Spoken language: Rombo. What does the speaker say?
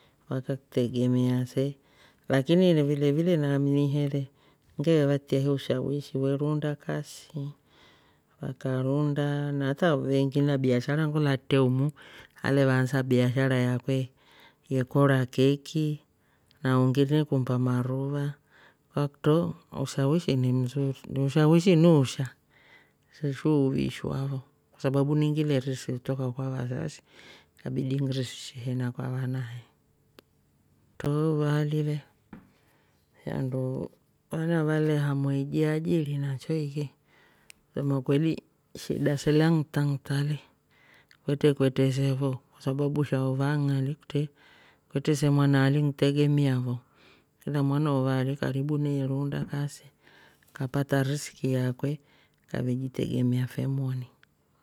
Vakaktegemea se lakini vile vile namni hele ngeevatia he ushawishi we ruunda kasi wakaruunda na hata veengi na biashara kulaatre umu alevaansa biashara yakwe ye kora keki na ungi ne kumba maruva, kwakutro ushawishi ni mzuri- ushawishi ni uusha shi uvishwa fo kwasababu ni ngile risi kutoka kwa vazazi nkabidi ngirisishe he na kwa vana he. Tro uvaali le shanduuu vana valehamua ijiajiri na choiki. kusema ukweli shida silya ntanta le kwetre kwetre se fo kwasababu sha uvang'aali kutre. kwetre mwana ali ntegemea fo kila mwana uvaali karibu neruunda kasi kapata riski yakwe kavejigemea fe moni.